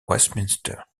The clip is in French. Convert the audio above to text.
westminster